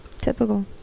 typical